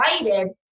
invited